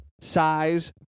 size